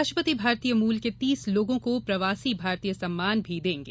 राष्ट्रपति भारतीय मूल के तीस लोगों को प्रवासी भारतीय सम्मान भी प्रदान करेंगे